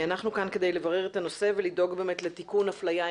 אנחנו כאן כדי לברר את הנושא ולדאוג לתיקון אפליה,